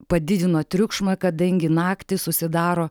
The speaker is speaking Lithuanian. padidino triukšmą kadangi naktį susidaro